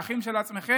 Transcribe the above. פקחים של עצמכם.